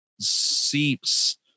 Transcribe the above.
seeps